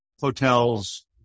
hotels